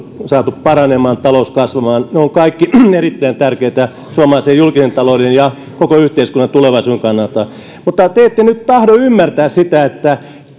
saatu paranemaan talous kasvamaan ne ovat kaikki erittäin tärkeitä suomalaisen julkisen talouden ja koko yhteiskunnan tulevaisuuden kannalta mutta te ette nyt tahdo ymmärtää sitä että